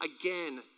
again